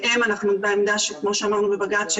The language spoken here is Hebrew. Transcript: אנחנו נדבר על זה.